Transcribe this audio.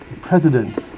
president